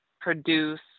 produce